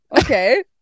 okay